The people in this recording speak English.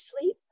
sleep